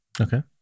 Okay